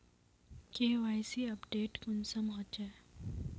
KYC update कुंसम होचे?